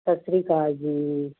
ਸਤਿ ਸ਼੍ਰੀ ਅਕਾਲ ਜੀ